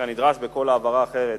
כנדרש בכל העברה אחרת,